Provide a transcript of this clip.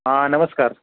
હા નમસ્કાર